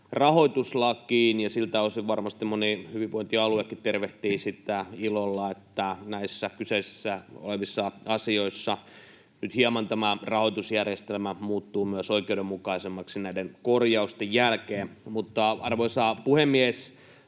rahoituslakiin, ja siltä osin varmasti moni hyvinvointialuekin tervehtii sitä ilolla, että näissä kyseessä olevissa asioissa nyt hieman tämä rahoitusjärjestelmä muuttuu myös oikeudenmukaisemmaksi näiden korjausten jälkeen. Mutta, arvoisa puhemies,